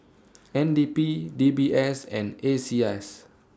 N D P D B S and A C I S